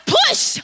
push